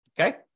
okay